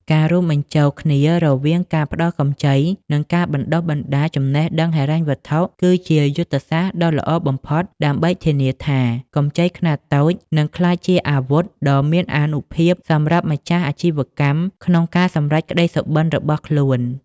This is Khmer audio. ការរួមបញ្ចូលគ្នារវាងការផ្តល់កម្ចី និងការបណ្តុះបណ្តាលចំណេះដឹងហិរញ្ញវត្ថុ គឺជាយុទ្ធសាស្ត្រដ៏ល្អបំផុតដើម្បីធានាថា កម្ចីខ្នាតតូចនឹងក្លាយជាអាវុធដ៏មានអានុភាពសម្រាប់ម្ចាស់អាជីវកម្មក្នុងការសម្រេចក្ដីសុបិនរបស់ខ្លួន។